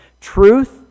Truth